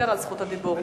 שוויתר על זכות הדיבור,